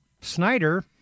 Snyder